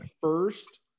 first